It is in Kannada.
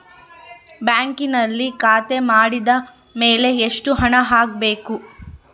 ಬ್ಯಾಂಕಿನಲ್ಲಿ ಖಾತೆ ಮಾಡಿದ ಮೇಲೆ ಎಷ್ಟು ಹಣ ಹಾಕಬೇಕು?